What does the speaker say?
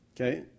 Okay